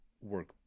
work